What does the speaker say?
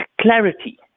clarity